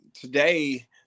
today